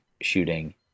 shooting